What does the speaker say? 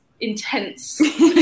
intense